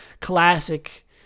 classic